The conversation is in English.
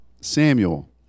Samuel